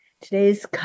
Today's